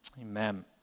amen